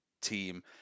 team